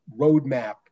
roadmap